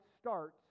starts